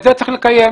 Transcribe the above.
את זה צריך לקיים.